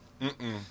Mm-mm